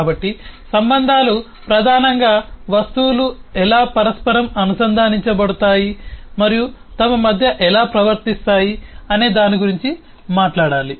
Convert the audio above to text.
కాబట్టి సంబంధాలు ప్రధానంగా వస్తువులు ఎలా పరస్పరం అనుసంధానించబడతాయి మరియు తమ మధ్య ఎలా ప్రవర్తిస్తాయి అనే దాని గురించి మాట్లాడాలి